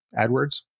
adwords